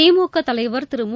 திமுக தலைவர் திரு மு